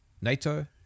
NATO